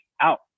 out